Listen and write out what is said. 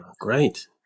Great